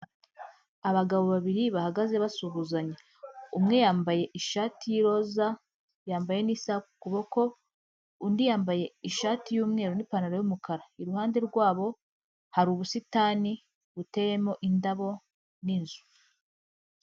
Abagabo babiri bahagaze basuhuzanya, umwe yambaye ishati y'iroza yambaye n'isaha ku kuboko, undi yambaye ishati y'umweru n'ipantaro y'umukara, iruhande rwabo hari ubusitani buteyemo indabo n'inzu.